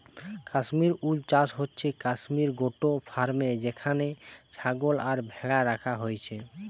কাশ্মীর উল চাষ হচ্ছে কাশ্মীর গোট ফার্মে যেখানে ছাগল আর ভ্যাড়া রাখা হইছে